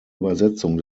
übersetzung